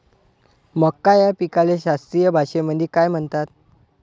मका या पिकाले शास्त्रीय भाषेमंदी काय म्हणतात?